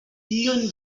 lluny